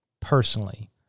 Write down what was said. personally